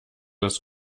des